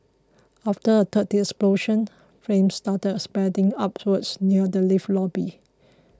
after a third explosion flames started spreading upwards near the lift lobby